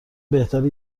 بهتره